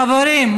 חברים,